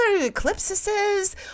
eclipses